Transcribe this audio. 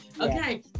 okay